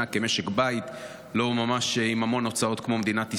כמשק בית לא ממש עם המון הוצאות כמו מדינת ישראל,